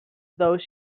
though